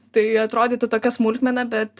tai atrodytų tokia smulkmena bet